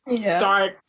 start